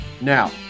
Now